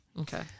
okay